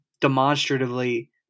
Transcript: demonstratively